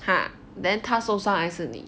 ha then 他受伤还是你